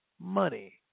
money